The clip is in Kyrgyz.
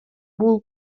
бул